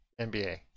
NBA